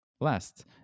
last